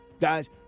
Guys